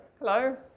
Hello